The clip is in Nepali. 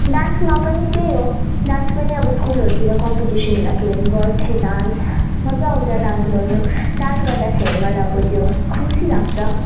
डान्समा पनि त्यही हो डान्स पनि स्कुलहरूतिर कम्पिटिसन राख्यो भने गर्थ्येँ डान्स मजा आउँछ डान्स गर्नु डान्स गर्दाखेरि मलाई अब त्यो खुसी लाग्छ